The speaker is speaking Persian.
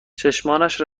چشمانش